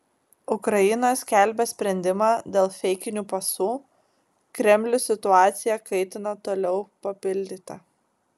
ukraina skelbia sprendimą dėl feikinių pasų kremlius situaciją kaitina toliau papildyta